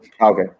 Okay